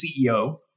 CEO